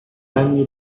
anni